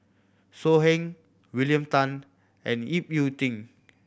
So Heng William Tan and Ip Yiu Tung